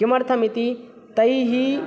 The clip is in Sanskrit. किमर्थम् इति तैः